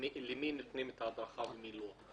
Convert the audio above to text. למי נותנים את ההדרכה ולמי לא.